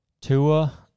Tua